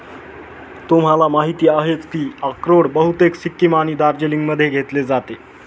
तुम्हाला माहिती आहेच की अक्रोड बहुतेक सिक्कीम आणि दार्जिलिंगमध्ये घेतले जाते